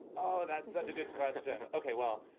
oh, that's such a good question. ok, well,